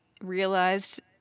realized